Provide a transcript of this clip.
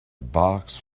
box